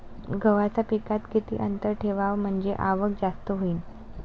गव्हाच्या पिकात किती अंतर ठेवाव म्हनजे आवक जास्त होईन?